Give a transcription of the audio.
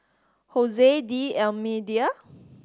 D'Almeida